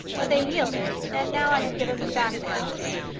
but they yielded and now i have given them back the house.